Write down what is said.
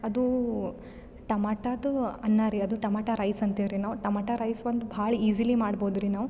ಅದು ಟಮಾಟಾದ ಅನ್ನ ರಿ ಅದು ಟಮಾಟಾ ರೈಸ್ ಅಂತೀವಿ ರಿ ನಾವು ಟಮಾಟಾ ರೈಸ್ ಒಂದು ಭಾಳ ಈಜೀಲಿ ಮಾಡ್ಬೌದ್ರೀ ನಾವು